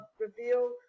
reveal